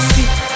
See